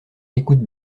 écoute